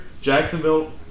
Jacksonville